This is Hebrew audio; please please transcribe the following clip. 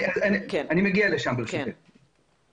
אני מבינה שזמנך קצר ורצית להגיד לנו כמה דברים.